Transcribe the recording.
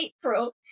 april